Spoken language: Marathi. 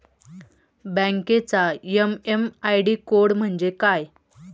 बँकेचा एम.एम आय.डी कोड म्हणजे काय?